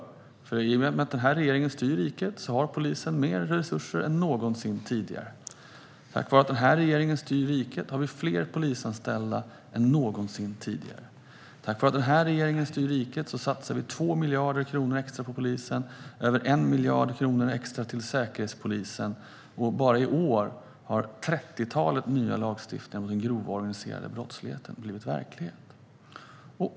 I och med att just denna regering styr riket har polisen mer resurser än någonsin tidigare. Tack vare att denna regering styr riket har vi fler polisanställda än någonsin tidigare. Tack vare att denna regering styr riket satsas 2 miljarder kronor extra på polisen och över 1 miljard kronor extra på Säkerhetspolisen. Och bara i år har ett trettiotal nya lagar om den grova organiserade brottsligheten blivit verklighet.